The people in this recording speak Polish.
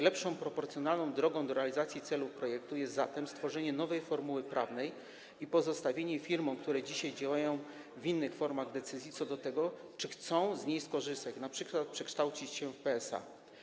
Lepszą proporcjonalną drogą do realizacji projektu jest zatem stworzenie nowej formuły prawnej i pozostawienie firmom, które dzisiaj działają w innych formach, decyzji co do tego, czy chcą z niej skorzystać, np. przekształcić się w PSA.